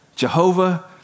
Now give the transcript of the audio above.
jehovah